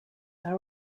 are